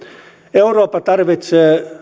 eurooppa tarvitsee